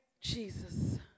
Jesus